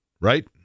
right